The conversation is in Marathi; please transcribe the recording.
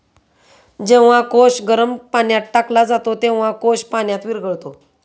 जेव्हा कोश गरम पाण्यात टाकला जातो, तेव्हा कोश पाण्यात विरघळतो